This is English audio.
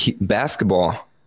basketball